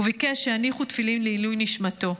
וביקש שיניחו תפילין לעילוי נשמתו.